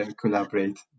Collaborate